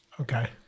Okay